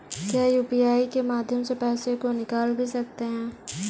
क्या यू.पी.आई के माध्यम से पैसे को निकाल भी सकते हैं?